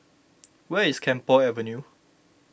where is Camphor Avenue